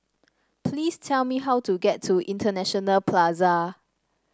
please tell me how to get to International Plaza